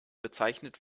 bezeichnet